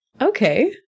Okay